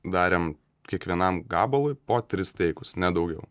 darėm kiekvienam gabalui po tris teikus ne daugiau